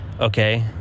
Okay